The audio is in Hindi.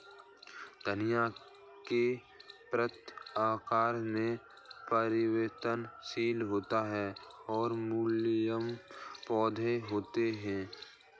धनिया के पत्ते आकार में परिवर्तनशील होते हैं और मुलायम पौधे होते हैं